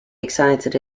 excited